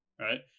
right